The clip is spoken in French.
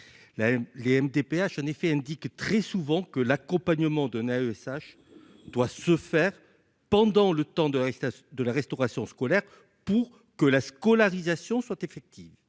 Les MDPH en effet indique très souvent que l'accompagnement de Neil sache doit se faire pendant le temps de la de la restauration scolaire pour que la scolarisation soit effective,